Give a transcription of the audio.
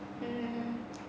mm